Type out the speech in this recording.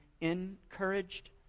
encouraged